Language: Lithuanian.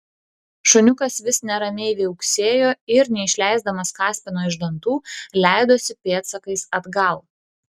šuniukas vis neramiai viauksėjo ir neišleisdamas kaspino iš dantų leidosi pėdsakais atgal